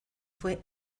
fue